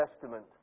Testament